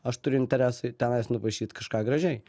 aš turiu interesą tenais nupaišyt kažką gražiai